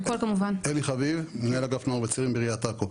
אלי חביב, מנהל אגף נוער וצעירים בעיריית עכו.